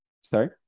Sorry